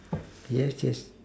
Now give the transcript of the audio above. yes yes